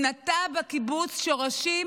הוא נטע בקיבוץ שורשים,